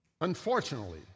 Unfortunately